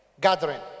Gathering